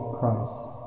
Christ